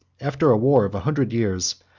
after a war of a hundred years,